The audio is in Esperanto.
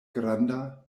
granda